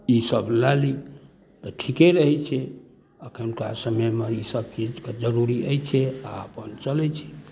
ई सब लए ली तऽ ठीके रहै छै अखुनका समय मे ई सब चीजके जरुरी अछिये आ अपन चलै छी